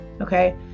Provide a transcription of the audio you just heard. okay